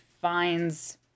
finds